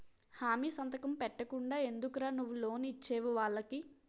హామీ సంతకం పెట్టకుండా ఎందుకురా నువ్వు లోన్ ఇచ్చేవు వాళ్ళకి